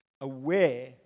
aware